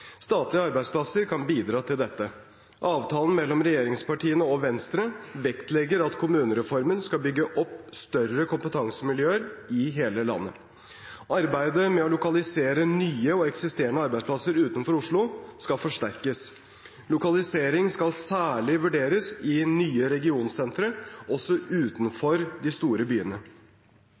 Statlige arbeidsplasser kan bidra til dette. Avtalen mellom regjeringspartiene og Venstre vektlegger at kommunereformen skal bygge opp større kompetansemiljøer i hele landet. Arbeidet med å lokalisere nye og eksisterende arbeidsplasser utenfor Oslo skal forsterkes. Lokalisering skal særlig vurderes i nye regionsentre, også utenfor de store byene.